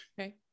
Okay